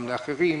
גם הליכוד,